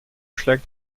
schlägt